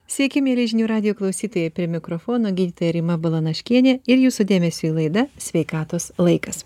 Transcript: sveiki mieli žinių radijo klausytojai prie mikrofono gydytoja rima balanaškienė ir jūsų dėmesiui laida sveikatos laikas